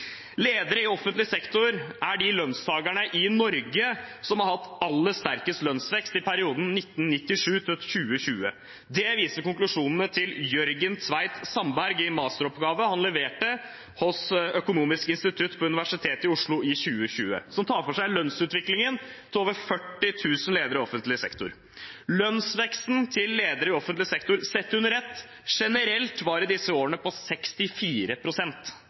Ledere i offentlig sektor er de lønnstakerne i Norge som har hatt aller sterkest lønnsvekst i perioden 1997 til 2020. Det viser konklusjonene til Jørgen Tveit Sandberg i en masteroppgave han leverte hos Økonomisk institutt på Universitetet i Oslo i 2021, som tar for seg lønnsutviklingen til over 40 000 ledere i offentlig sektor. Lønnsveksten til ledere i offentlig sektor sett under ett generelt var i disse årene på